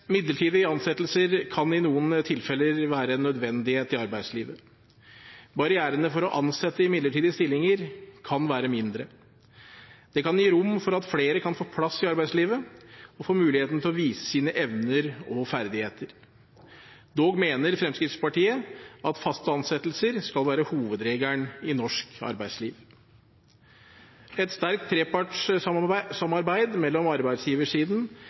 Midlertidige ansettelser kan i noen tilfeller være en nødvendighet i arbeidslivet. Barrierene for å ansette i midlertidige stillinger kan være mindre. Det kan gi rom for at flere kan få plass i arbeidslivet og få muligheten til å vise sine evner og ferdigheter. Dog mener Fremskrittspartiet at faste ansettelser skal være hovedregelen i norsk arbeidsliv. Et sterkt trepartssamarbeid mellom arbeidsgiversiden,